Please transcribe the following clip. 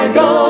go